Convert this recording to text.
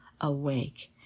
awake